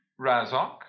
Razok